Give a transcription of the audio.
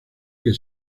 que